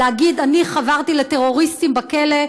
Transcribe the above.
להגיד: אני חברתי לטרוריסטים בכלא,